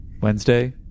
Wednesday